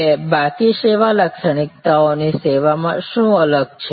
બે બાકી સેવા લાક્ષણિકતાઓ ની સેવામાં શું અલગ છે